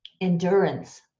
endurance